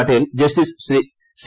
Patel justice C